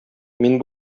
мин